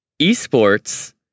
esports